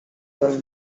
well